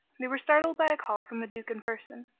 they were startled by a call from the duke in person.